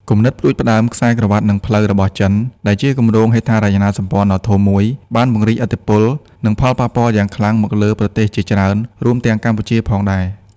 គំនិតផ្តួចផ្តើមខ្សែក្រវាត់ និងផ្លូវរបស់ចិន ដែលជាគម្រោងហេដ្ឋារចនាសម្ព័ន្ធដ៏ធំមួយ បានពង្រីកឥទ្ធិពល និងផលប៉ះពាល់យ៉ាងខ្លាំងមកលើប្រទេសជាច្រើន រួមទាំងកម្ពុជាផងដែរ។